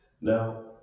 Now